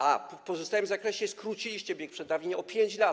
A w pozostałym zakresie skróciliście bieg przedawnień o 5 lat.